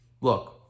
Look